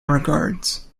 regards